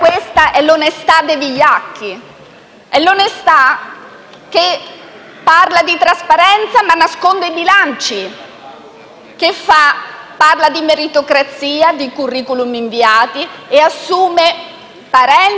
Questa è l'onestà dei vigliacchi, è l'onestà che parla di trasparenza ma nasconde i bilanci, che parla di meritocrazia, di *curriculum* inviati e assume parenti,